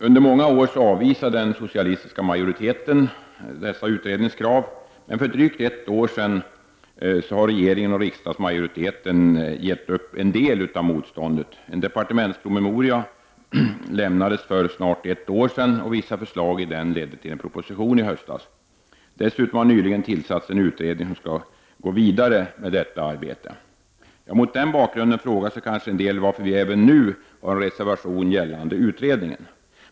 Under många år avvisade den socialistiska majoriteten dessa utredningskrav. Men sedan drygt ett år har regeringen och riksdagsmajoriteten gett upp en del av motståndet. En departementspromemoria lämnades för snart ett år sedan, och vissa förslag i denna ledde till en proposition i höstas. Dessutom har det nyligen tillsatts en utredning som skall gå vidare med detta arbete. Mot den bakgrunden frågar sig kanske en del varför vi även nu har en reservation gällande utredningen.